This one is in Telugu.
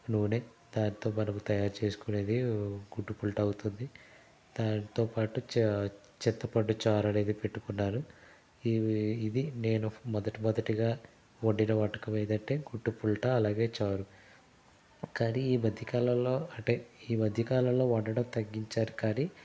నూనె దాంతో మనం తయారు చేసుకునేది గుడ్డు పుల్టా అవుతుంది దాంతోపాటు చారు చింతపండు చారు అనేది పెట్టుకున్నాను ఇవి ఇది నేను మొదటి మొదటిగా వండిన వంటకం ఏందంటే గుడ్డు పుల్టా అలాగే చారు కానీ ఈ మధ్యకాలంలో అంటే ఈ మధ్యకాలంలో వండడం తగ్గించాను కానీ